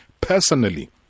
personally